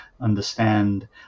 understand